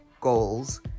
goals